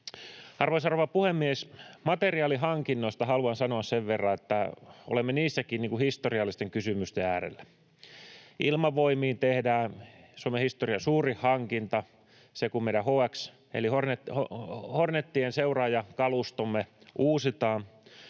Arvoisa rouva puhemies! Materiaalihankinnoista haluan sanoa sen verran, että olemme niissäkin historiallisten kysymysten äärellä. Ilmavoimiin tehdään Suomen historian suurin hankinta, kun tulee HX, Hornetien seuraaja, meidän kalustomme uusitaan.